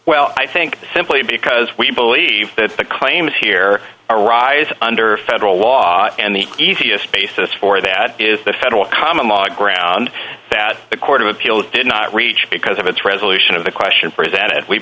well i think simply because we believe that the claims here arise under federal law and the easiest basis for that is the federal common law ground that the court of appeal did not reach because of its resolution of the question